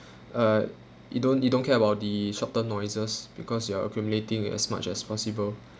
uh you don't you don't care about the short term noises because you are accumulating as much as possible